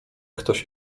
ktoś